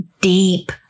deep